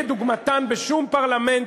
שאין כדוגמתן בשום פרלמנט,